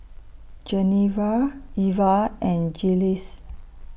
Genevra Eva and Jiles